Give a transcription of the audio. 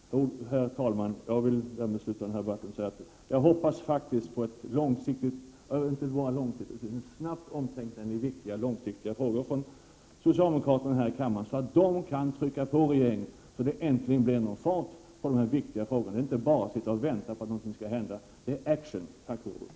Herr talman! Jag vill avsluta debatten med att säga att jag hoppas att socialdemokraterna här i kammaren snabbt tänker om i dessa viktiga långsiktiga frågor, så att de kan trycka på regeringen och se till att det äntligen blir någon fart. Man kan inte bara sitta och vänta på att någonting skall hända — det krävs action! Tack för ordet.